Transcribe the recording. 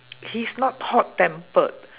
he's not hot-tempered